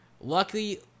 Luckily